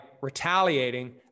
retaliating